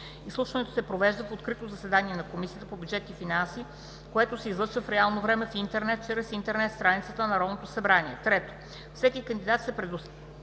Изслушването се провежда в открито заседание на Комисията по бюджет и финанси, което се излъчва в реално време в интернет чрез интернет страницата на Народното събрание. 3. Всеки кандидат се представя